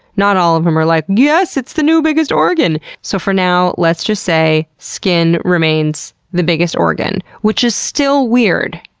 not all of them are like yes! it's the new biggest organ! so for now, let's just say, skin remains the biggest organ. which is still weird.